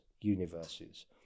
universes